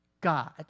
God